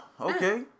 Okay